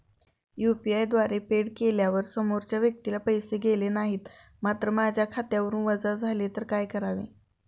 UPI द्वारे फेड केल्यावर समोरच्या व्यक्तीला पैसे गेले नाहीत मात्र माझ्या खात्यावरून वजा झाले तर काय करावे?